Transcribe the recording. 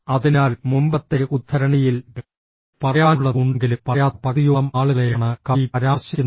അതിനാൽ മുമ്പത്തെ ഉദ്ധരണിയിൽ പറയാനുള്ളത് ഉണ്ടെങ്കിലും പറയാത്ത പകുതിയോളം ആളുകളെയാണ് കവി പരാമർശിക്കുന്നത്